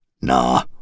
Nah